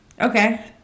Okay